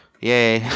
yay